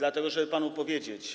po to, żeby panu powiedzieć.